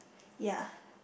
ya